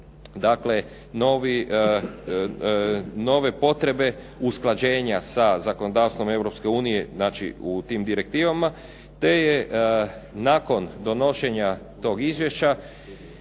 nove potrebe usklađenja sa zakonodavstvom Europske unije u tim direktivama te je nakon donošenja tog izvješća